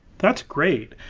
that's great,